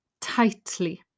tightly